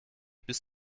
bis